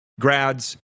grads